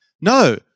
No